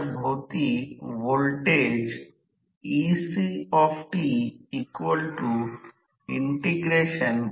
आता प्रेरित व्होल्टेज त्वरित एक प्रवाह तयार करतो जो शेवटच्या पट्टीमधून वाहकच्या खाली वाहतो आणि इतर वाहकमार्फत परत जातो